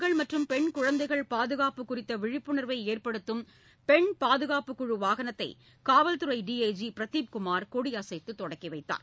தர்மபுரி மாவட்டத்தில் பெண்கள் மற்றும் பெண் குழந்தைகள் பாதுகாப்பு குறித்த விழிப்புணர்வை ஏற்படுத்தும் பெண் பாதுகாப்புக் குழு வாகனத்தை காவல்துறை டிஐஜி பிரதீப் குமார் கொடியசைத்து தொடங்கி வைத்தார்